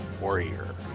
warrior